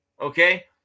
okay